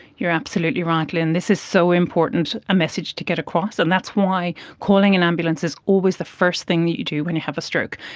you're absolutely right lynne, this is so important a message to get across, and that's why are calling an ambulance is always the first thing that you do when you have a stroke.